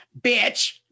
bitch